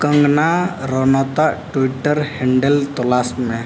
ᱠᱚᱝᱜᱚᱱᱟ ᱨᱟᱱᱟᱣᱟᱛᱟᱜ Twitter handle ᱛᱚᱞᱟᱥᱢᱮ